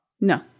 no